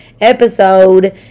episode